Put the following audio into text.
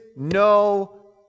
no